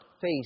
face